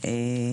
ראש העירייה.